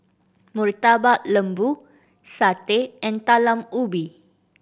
Murtabak Lembu satay and Talam Ubi